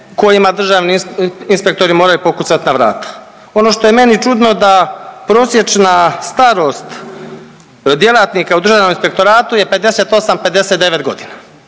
kojima državni inspektori moraju pokucati na vrata. Ono što je meni čudno da prosječna starost djelatnika u Državnom inspektoratu je 58, 59 godina.